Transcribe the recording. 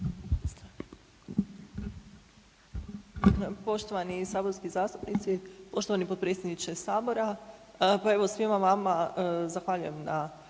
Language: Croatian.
Poštovani saborski zastupnici, poštovani potpredsjedniče sabora, pa evo svima vama zahvaljujem na